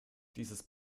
dieses